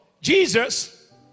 jesus